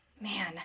man